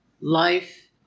life